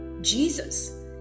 Jesus